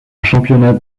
championnat